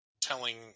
telling